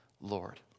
Lord